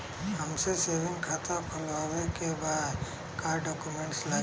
हमके सेविंग खाता खोलवावे के बा का डॉक्यूमेंट लागी?